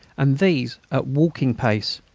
and these at walking pace.